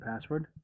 password